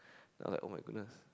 then I was like oh my goodness